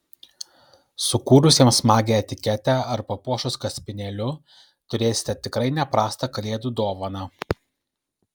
sukūrus jam smagią etiketę ar papuošus kaspinėliu turėsite tikrai ne prastą kalėdų dovaną